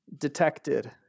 detected